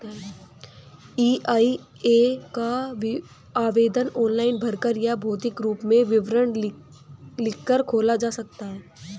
EIA का आवेदन online भरकर या भौतिक रूप में विवरण लिखकर खोला जा सकता है